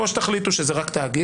או שתחליטו שזה רק תאגיד,